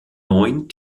neun